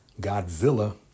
Godzilla